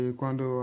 quando